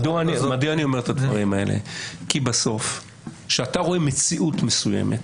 אני אומר את הדברים האלה כי בסוף כשאתה רואה מציאות מסוימת,